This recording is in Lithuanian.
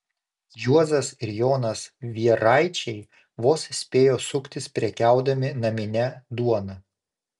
juozas ir jonas vieraičiai vos spėjo suktis prekiaudami namine duona